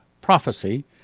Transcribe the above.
prophecy